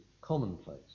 commonplace